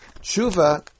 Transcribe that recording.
tshuva